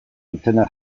izena